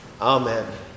Amen